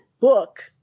book